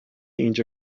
اینجا